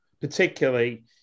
particularly